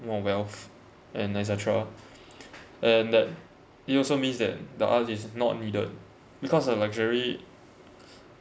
wealth and et cetera and that it also means that the art is not needed because a luxury